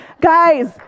Guys